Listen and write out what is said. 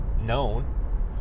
known